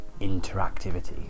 interactivity